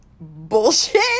bullshit